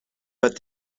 but